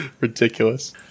Ridiculous